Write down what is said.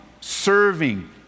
serving